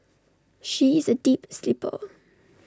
she is A deep sleeper